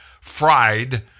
fried